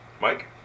Mike